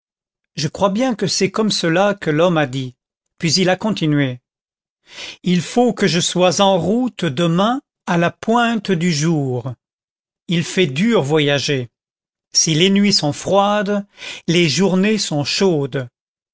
je crois bien que c'est comme cela que l'homme a dit puis il a continué il faut que je sois en route demain à la pointe du jour il fait dur voyager si les nuits sont froides les journées sont chaudes